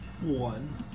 one